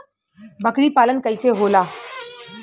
बकरी पालन कैसे होला?